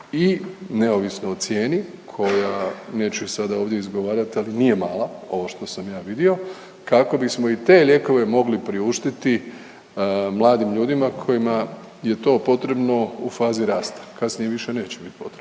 i neovisno o cijeni koja neću je sada ovdje izgovarati, ali nije mala ovo što sam ja vidio, kako bismo i te lijekove mogli priuštiti mladim ljudima kojima je to potrebno u fazi rasta, kasnije im više neće biti potrebno.